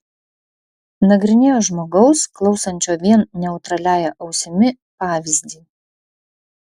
nagrinėjo žmogaus klausančio vien neutraliąja ausimi pavyzdį